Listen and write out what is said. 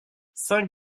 saint